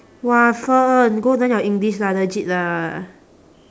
!wah! fern go learn your english lah legit lah